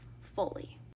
fully